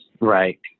Right